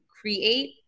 create